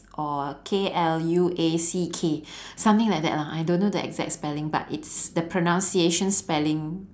or K L U A C K something like that lah I don't know the exact spelling but it's the pronunciation spelling